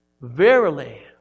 Verily